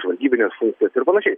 žvalgybines funkcijas ir panašiai